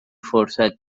فرصت